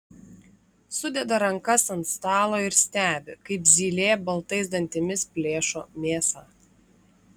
sudeda rankas ant stalo ir stebi kaip zylė baltais dantimis plėšo mėsą